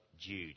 Jude